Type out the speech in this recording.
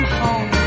home